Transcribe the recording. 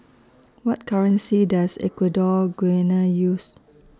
What currency Does Equatorial Guinea use